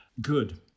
good